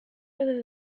whether